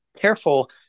careful